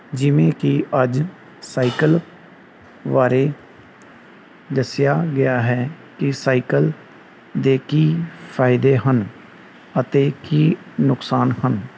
ਜਿਵੇਂ ਕਿ ਅੱਜ ਸਾਈਕਲ ਬਾਰੇ ਦੱਸਿਆ ਗਿਆ ਹੈ ਕਿ ਸਾਈਕਲ ਦੇ ਕੀ ਫ਼ਾਇਦੇ ਹਨ ਅਤੇ ਕੀ ਨੁਕਸਾਨ ਹਨ